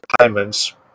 payments